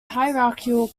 hierarchical